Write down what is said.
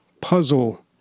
puzzle